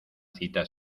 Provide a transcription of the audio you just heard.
cita